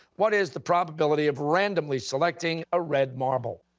what is the probability of randomly selecting a red marble?